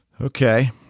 Okay